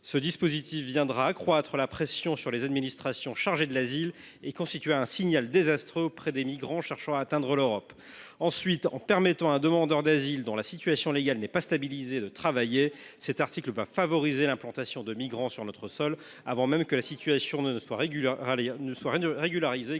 ce dispositif accroîtra la pression sur les administrations concernées. De plus, il émettra un signal désastreux auprès des migrants cherchant à atteindre l’Europe. D’autre part, en permettant à un demandeur d’asile dont la situation légale n’est pas stabilisée de travailler, cet article va favoriser l’implantation de migrants sur notre sol avant même que leur situation ne soit régularisée.